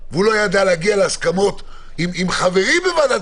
והוא לא ידע להגיע להסכמות עם חברים בוועדת